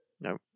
No